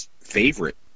favorite